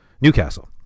Newcastle